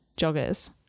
joggers